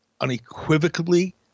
unequivocally